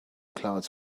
clouds